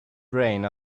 brain